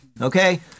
Okay